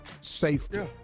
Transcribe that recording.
Safety